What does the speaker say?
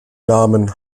namen